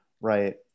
right